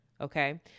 Okay